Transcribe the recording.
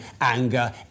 anger